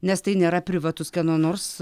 nes tai nėra privatus kieno nors